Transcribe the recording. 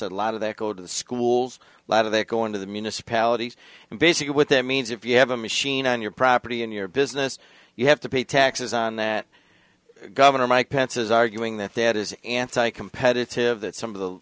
a lot of that go to the schools lot of that going to the municipalities and basically what that means if you have a machine on your property and your business you have to pay taxes on that governor mike pence is arguing that that is anti competitive that some of the